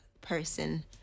person